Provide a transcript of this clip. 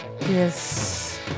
Yes